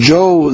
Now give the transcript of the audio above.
Joe